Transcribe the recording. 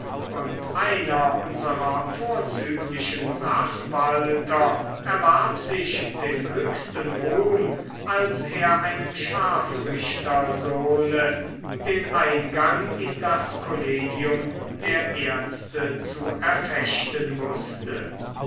und einer unserer vorzüglichen sachwalter erwarb sich den höchsten ruhm als er einem scharfrichtersohne den eingang in das kollegium der ärzte zu erfechten wußte